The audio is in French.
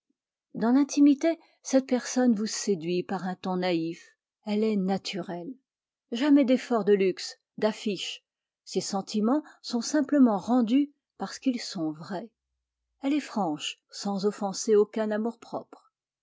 dans l'intimité cette personne vous séduit par un ton naïf elle est naturelle jamais d'effort de luxe d'afiiche ses sentiments sont simplement rendus parce qu'ils sont vrais elle est franche sans offenser aucun